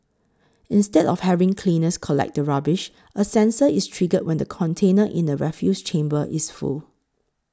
instead of having cleaners collect the rubbish a sensor is triggered when the container in the refuse chamber is full